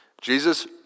Jesus